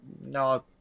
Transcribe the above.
no